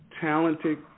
talented